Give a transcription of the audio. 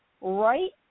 right